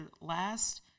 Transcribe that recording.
last